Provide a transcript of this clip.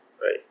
right